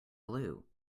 glue